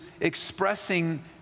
expressing